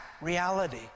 reality